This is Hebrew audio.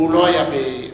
הוא לא היה בירושלים.